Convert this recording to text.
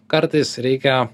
kartais reikia